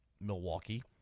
Milwaukee